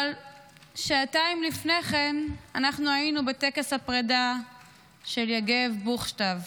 אבל שעתיים לפני כן אנחנו היינו בטקס הפרידה מיגב בוכשטב,